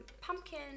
pumpkin